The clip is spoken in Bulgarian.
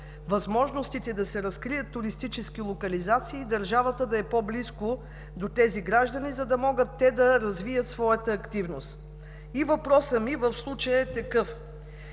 възможностите да се разкрият туристически локализации и държавата да е по-близко до тези граждани, за да могат те да развият своята активност. Въпросът ми в случая е такъв: